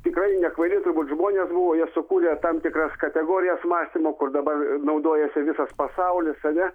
tikrai nekvaili turbūt žmonės buvo jie sukūrė tam tikras kategorijas mąstymo kur dabar naudojasi visas pasaulis ane